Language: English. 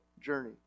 journey